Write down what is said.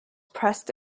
pressed